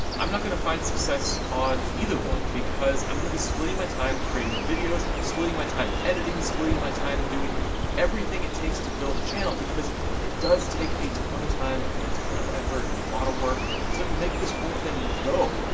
i'm not gonna find success on either one, because i'm gonna be splitting my time creating videos, splitting my time editing, splitting my time doing everything it takes to build a channel, because it does take a ton of time, and a ton of effort, and a lot of work to make this whole thing go.